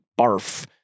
barf